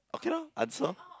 okay lor answer